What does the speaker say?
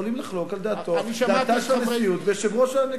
יכולים לחלוק על דעת הנשיאות ויושב-ראש הכנסת,